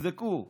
תבדקו מטוסים,